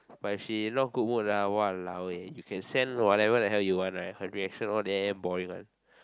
but if she not good mood ah !walao! eh you can send whatever the hell you want her reaction all damn boring one